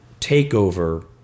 takeover